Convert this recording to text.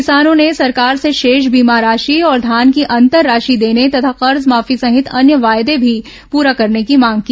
किसानों ने सरकार से शेष बीमा राशि और धान की अंतर राशि देने तथा कर्जमाफी सहित अन्य वायदे भी पुरा करने की मांग की